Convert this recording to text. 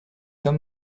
homme